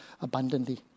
abundantly